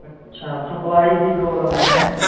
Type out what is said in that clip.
ਅੱਛਾ ਸਪਲਾਈ ਦੀ ਪ੍ਰੋਬਲਮ ਹੈ